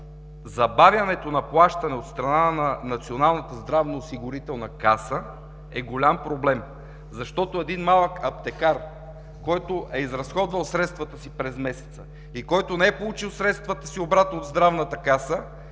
Забавянето на плащане от страна на Националната здравноосигурителна каса е голям проблем. Един малък аптекар, който е изразходвал средствата си през месеца и който не е получил средствата си обратно в Здравната каса,